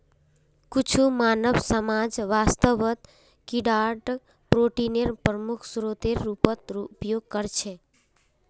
कुछु मानव समाज वास्तवत कीडाक प्रोटीनेर प्रमुख स्रोतेर रूपत उपयोग करछे